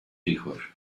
hijos